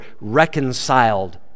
reconciled